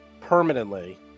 permanently